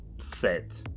set